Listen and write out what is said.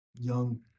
young